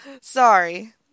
Sorry